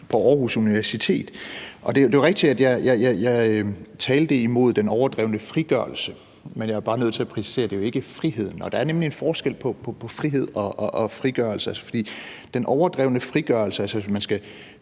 på Aarhus Universitet. Det er jo rigtigt, at jeg talte imod den overdrevne frigørelse, men jeg er bare nødt til at præcisere, at det jo ikke er friheden. Der er nemlig en forskel på frihed og frigørelse. Den overdrevne frigørelse – at familien skal